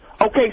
Okay